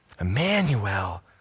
Emmanuel